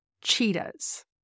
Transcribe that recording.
cheetahs